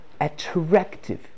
attractive